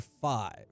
five